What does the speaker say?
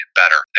better